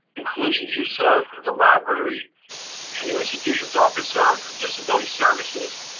including use of the library and your institution's office of disability services,